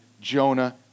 Jonah